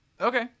Okay